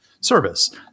service